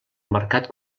mercat